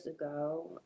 ago